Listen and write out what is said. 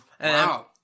Wow